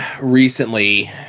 recently